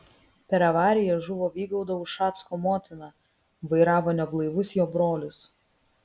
per avariją žuvo vygaudo ušacko motina vairavo neblaivus jo brolis